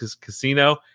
casino